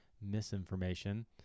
misinformation